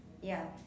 ya